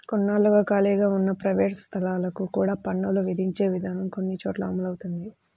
కొన్నాళ్లుగా ఖాళీగా ఉన్న ప్రైవేట్ స్థలాలకు కూడా పన్నులు విధించే విధానం కొన్ని చోట్ల అమలవుతోంది